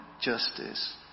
justice